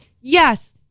Yes